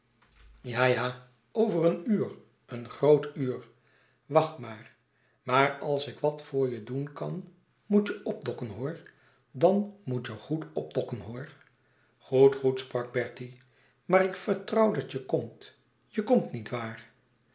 ja ja over een uur een groot uur wacht maar maar als ik wat voor je doen kan moet je opdokken hoor dan moet je goed opdokken hoor goed goed sprak bertie maar ik vertrouw dat je komt je kmt